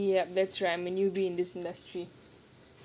yup that's right I'm a newbie in this industry